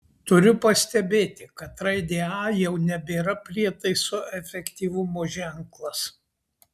turiu pastebėti kad raidė a jau nebėra prietaiso efektyvumo ženklas